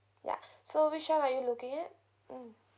ya so which one are you looking at mm